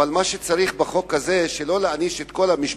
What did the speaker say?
אבל מה שצריך בחוק הזה זה לא להעניש את כל המשפחה,